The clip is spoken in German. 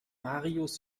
marius